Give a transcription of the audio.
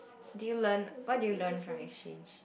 did you learn what did you learn from your exchange